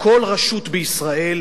וכל רשות בישראל,